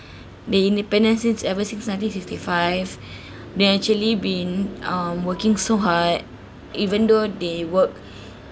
they independent since ever since nineteen sixty five they actually been um working so hard even though they work